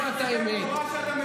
כולם אשמים,